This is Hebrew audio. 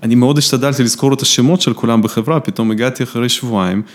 אני מאוד השתדלתי לזכור את השמות של כולם בחברה, פתאום הגעתי אחרי שבועיים.